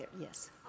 Yes